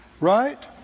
Right